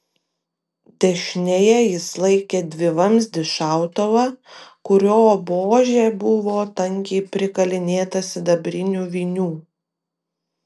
dešinėje jis laikė dvivamzdį šautuvą kurio buožė buvo tankiai prikalinėta sidabrinių vinių